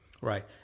right